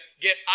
get